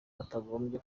batagombye